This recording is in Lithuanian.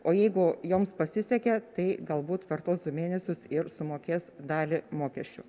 o jeigu joms pasisekė tai galbūt per tuos du mėnesius ir sumokės dalį mokesčių